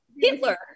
Hitler